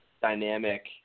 dynamic